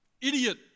idiot